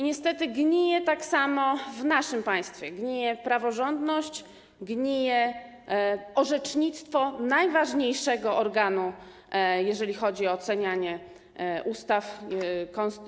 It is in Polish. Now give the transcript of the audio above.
Niestety tak samo gnije coś w naszym państwie - gnije praworządność, gnije orzecznictwo najważniejszego organu, jeżeli chodzi o ocenianie ustaw.